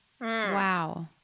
wow